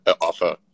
offer